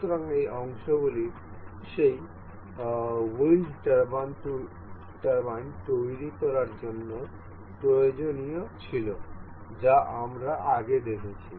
সুতরাং এই অংশগুলি সেই উইন্ড টারবাইন তৈরি করার জন্য প্রয়োজনীয় ছিল যা আমরা আগে দেখেছি